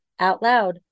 OUTLOUD